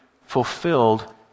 fulfilled